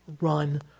Run